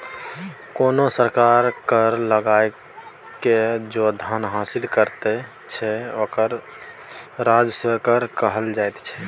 कोनो सरकार कर लगाकए जे धन हासिल करैत छै ओकरा राजस्व कर कहल जाइत छै